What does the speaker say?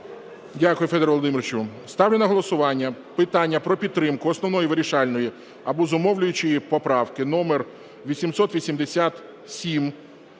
Дякую, Федоре Володимировичу. Ставлю на голосування питання про підтримку основної вирішальної або зумовлюючої поправки номер 887